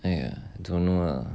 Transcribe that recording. I don't know lah